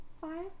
Five